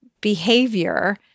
behavior